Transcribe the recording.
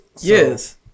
Yes